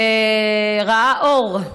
שראה אור,